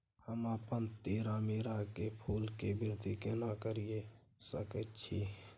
हम अपन तीरामीरा के फूल के वृद्धि केना करिये सकेत छी?